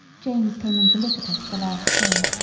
james came in to look at us the last thing,